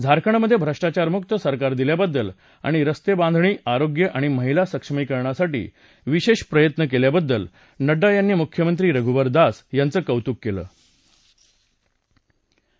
झारंखडमधधधिष्टाचारामुक्त सरकार दिल्याबद्दल आणि रस्तक्षिधणी आरोग्य आणि महिला सक्षमीकरणासाठी विशाष्ट प्रयत्न कल्याबद्दल नड्डा यांनी मुख्यमंत्री रघुबर दास यांचं कौतुक कलि